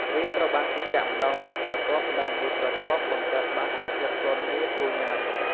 វាត្រូវបានគេចាក់ម្តងមួយស្រទាប់ៗ បង្កើតបានជាភាពទន់ងាយស្រួលញុាំ។